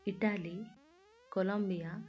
Italy Colombia